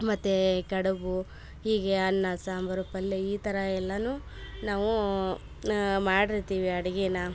ಮತ್ತು ಕಡಬು ಹೀಗೆ ಅನ್ನ ಸಾಂಬರು ಪಲ್ಯ ಈ ಥರ ಎಲ್ಲನು ನಾವೂ ಮಾಡಿರ್ತೀವಿ ಅಡಿಗೇನ